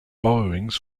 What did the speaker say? borrowings